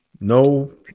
no